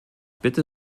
bitte